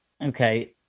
okay